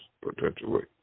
potentially